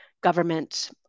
government